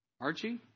Archie